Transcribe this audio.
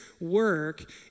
work